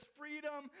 freedom